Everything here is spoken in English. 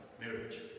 marriage